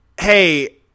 hey